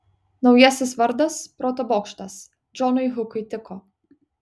naujasis vardas proto bokštas džonui hukui tiko